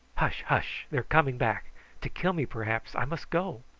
hush, hush! they are coming back to kill me, perhaps! i must go.